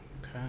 okay